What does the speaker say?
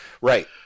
right